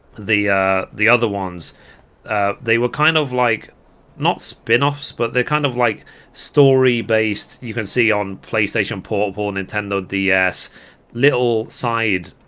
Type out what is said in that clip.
the the other ones they were kind of like not spin-offs but they're kind of like story based you can see on playstation portable nintendo ds little side